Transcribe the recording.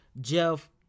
Jeff